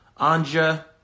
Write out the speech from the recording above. Anja